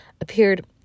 appeared